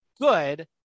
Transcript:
good